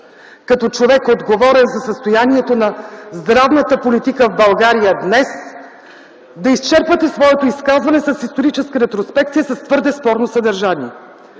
като човек, отговорен за състоянието на здравната политика в България днес, да изчерпвате своето изказване с историческа ретроспекция с твърде спорно съдържание.